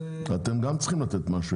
גם אתם צריכים לתת משהו,